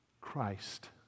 Christ